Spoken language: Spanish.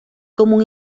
común